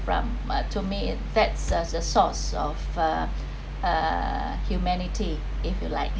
from uh to me it that‘s a source of err humanity if you like